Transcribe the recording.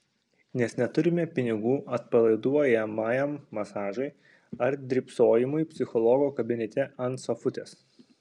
nes neturime pinigų atpalaiduojamajam masažui ar drybsojimui psichologo kabinete ant sofutės